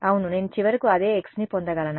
అవును నేను చివరకు అదే x ని పొందగలనా